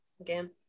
again